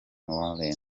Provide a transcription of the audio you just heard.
warren